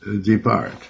depart